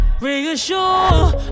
Reassure